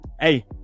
hey